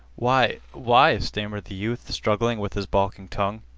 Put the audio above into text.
why why stammered the youth struggling with his balking tongue.